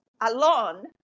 alone